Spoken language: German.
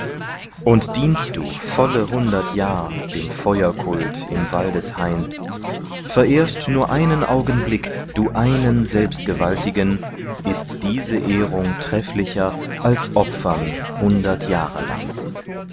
und dienst du volle hundert jahr dem feuerkult im waldeshain verehrst nur einen augenblick du einen selbstgewaltigen ist diese ehrung trefflicher als opfern hundert jahre lang